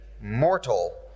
Mortal